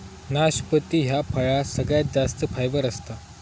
नाशपती ह्या फळात सगळ्यात जास्त फायबर असता